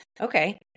okay